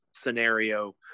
scenario